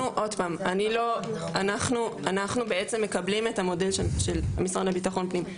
עוד פעם אנחנו בעצם מקבלים את המודל של משרד הביטחון פנים,